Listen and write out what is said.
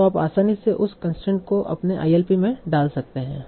तो आप आसानी से उस कंसट्रेंट को अपने ILP में डाल सकते हैं